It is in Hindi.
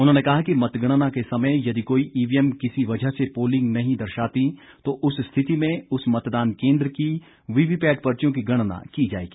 उन्होंने कहा कि मतगणना के समय यदि कोई ईवीएम किसी वजह से पोलिंग नहीं दर्शातीं तो उस स्थिति में उस मतदान केंद्र की वीवीपैट पर्चियों की गणना की जाएगी